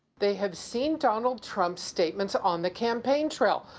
they have seen donald trump's statements on the campaign trail,